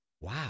wow